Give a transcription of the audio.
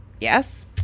Yes